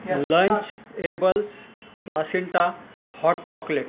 Lunchables placenta hot chocolate